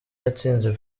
yatsinze